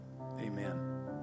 Amen